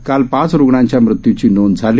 काल पाच रुग्णांच्या मृत्यूची नोंद झाली